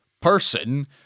person